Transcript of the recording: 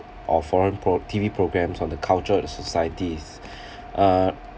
or foreign pro~ T_V programs on the culture and societies uh